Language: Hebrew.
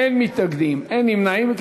אין מתנגדים, אין נמנעים.